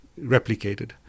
replicated